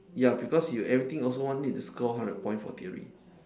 ya because you everything also want need to score hundred point for theory